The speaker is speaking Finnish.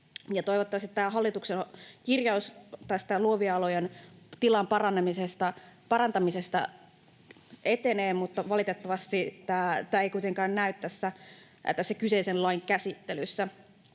Toivottavasti tämä hallituksen kirjaus luovien alojen tilan parantamisesta etenee, mutta valitettavasti tämä ei kuitenkaan näy tässä kyseisen lain käsittelyssä.